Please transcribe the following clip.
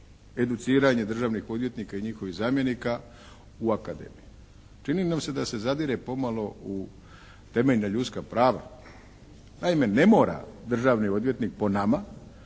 educiranje državnih odvjetnika i njihovih zamjenika u akademiji. Čini nam se da se zadire pomalo u temeljna ljudska prava. Naime, ne mora državni odvjetnik po nama